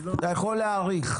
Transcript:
אתה יכול להאריך.